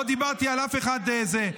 לא דיברתי על אף אחד זה.